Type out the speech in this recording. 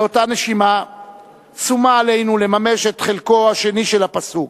באותה נשימה שומה עלינו לממש את חלקו השני של הפסוק: